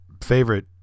favorite